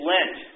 Lent